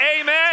amen